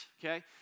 okay